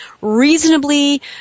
reasonably